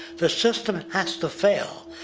the system has to fail,